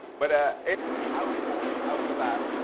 but ah anyway, i was born. i was alive.